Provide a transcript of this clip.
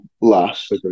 last